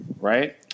Right